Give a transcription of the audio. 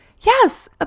Yes